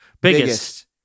Biggest